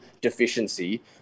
deficiency